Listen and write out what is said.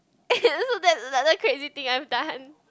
so that's another crazy thing I've done